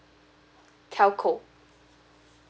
telco